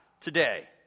today